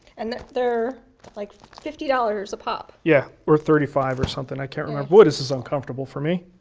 and they're like fifty dollars a pop. yeah, or thirty five, or something, i can't remember. boy, this is uncomfortable for me,